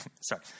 sorry